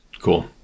cool